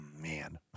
Man